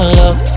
love